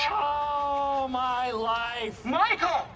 ohhhh my life. michael!